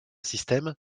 système